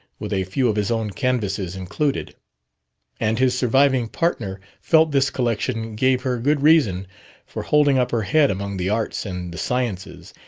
with a few of his own canvases included and his surviving partner felt this collection gave her good reason for holding up her head among the arts, and the sciences,